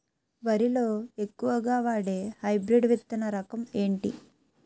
వరి లో ఎక్కువుగా వాడే హైబ్రిడ్ విత్తన రకం ఏంటి?